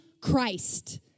Christ